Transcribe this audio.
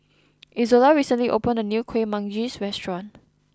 Izola recently opened a new Kuih Manggis Restaurant